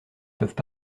peuvent